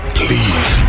please